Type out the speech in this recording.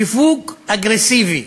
שיווק אגרסיבי.